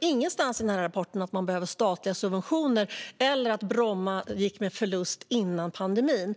Ingenstans i den här rapporten står det att man behöver statliga subventioner eller att Bromma gick med förlust före pandemin.